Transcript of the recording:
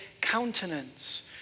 countenance